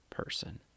person